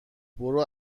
برو